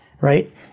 right